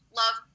love